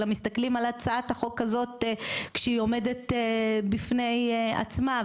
אלא מסתכלים על הצעת החוק הזאת כשהיא עומדת בפני עצמה,